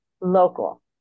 Local